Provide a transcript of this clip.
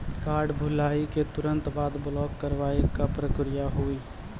Card भुलाए के तुरंत बाद ब्लॉक करवाए के का प्रक्रिया हुई?